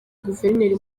guverineri